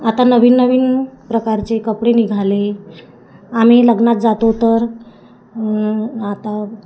आता नवीन नवीन प्रकारचे कपडे निघाले आम्ही लग्नात जातो तर आता